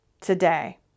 today